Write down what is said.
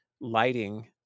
lighting